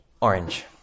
Orange